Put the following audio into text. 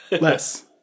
Less